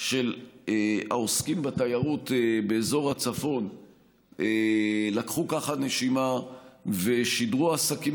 של העוסקים בתיירות באזור הצפון לקחו נשימה ושידרו "עסקים